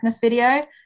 video